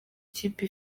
kipe